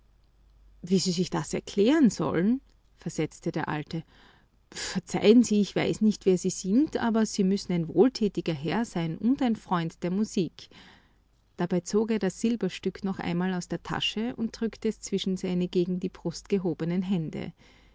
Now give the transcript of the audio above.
wie sie sich das erklären sollen versetzte der alte verzeihen sie ich weiß nicht wer sie sind aber sie müssen ein wohltätiger herr sein und ein freund der musik dabei zog er das silberstück noch einmal aus der tasche und drückte es zwischen seine gegen die brust gehobenen hände